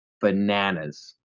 bananas